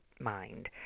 mind